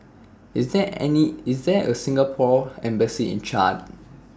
IS There any IS There A Singapore Embassy in Chad